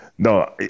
No